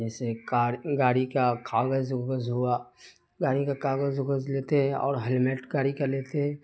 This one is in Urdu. جیسے کار گاڑی کا کاغذ ووغذ ہوا گاڑی کا کاغذ ووغذ لیتے ہیں اور ہیلمیٹ گاڑی کا لیتے ہیں